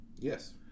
Yes